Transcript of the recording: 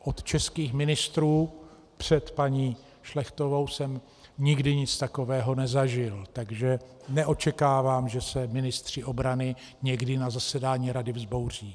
Od českých ministrů před paní Šlechtovou jsem nikdy nic takového nezažil, takže neočekávám, že se ministři obrany někdy na zasedání Rady vzbouří.